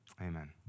amen